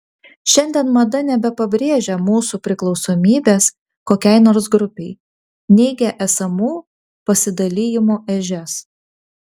šiandien mada nebepabrėžia mūsų priklausomybės kokiai nors grupei neigia esamų pasidalijimų ežias